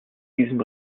diesem